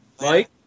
Mike